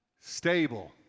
stable